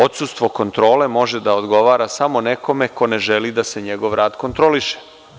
Odsustvo kontrole može da odgovara samo nekome ko ne želi da se njegov rad kontroliše.